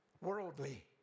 Worldly